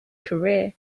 career